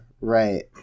right